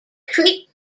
creek